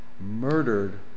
murdered